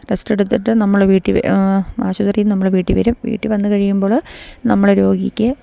rest എടുത്തിട്ട് നമ്മള് വീട്ടില് ആശുപത്രിയില് നിന്ന് നമ്മള് വീട്ടില് വരും വീട്ടില് വന്ന് കഴിയുമ്പോള് നമ്മള് രോഗിക്ക്